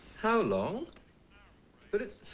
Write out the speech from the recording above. how long but it